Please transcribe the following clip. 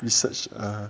research ah